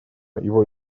его